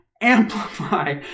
amplify